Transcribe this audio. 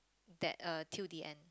that uh till the end